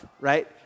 Right